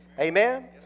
Amen